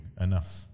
enough